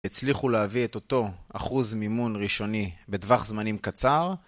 הצליחו להביא את אותו אחוז מימון ראשוני בטווח זמנים קצר